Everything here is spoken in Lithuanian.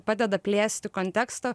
padeda plėsti kontekstą